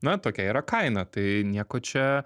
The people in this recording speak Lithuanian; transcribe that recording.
na tokia yra kaina tai nieko čia